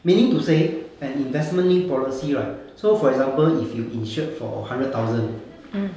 meaning to say an investment linked policy right so for example if you insured for hundred thousand